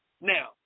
Now